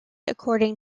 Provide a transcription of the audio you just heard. according